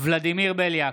ולדימיר בליאק,